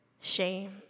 Shame